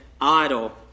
idle